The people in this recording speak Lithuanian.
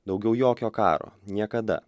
daugiau jokio karo niekada